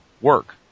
work